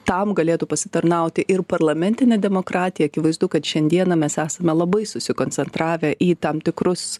tam galėtų pasitarnauti ir parlamentinė demokratija akivaizdu kad šiandieną mes esame labai susikoncentravę į tam tikrus